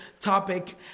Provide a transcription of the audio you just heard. topic